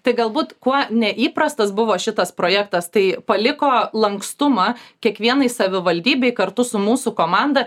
tai galbūt kuo neįprastas buvo šitas projektas tai paliko lankstumą kiekvienai savivaldybei kartu su mūsų komanda